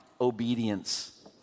obedience